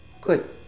good